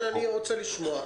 תן, אני רוצה לשמוע.